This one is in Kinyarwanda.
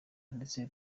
ndetse